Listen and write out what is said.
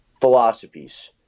philosophies